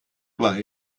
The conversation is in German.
war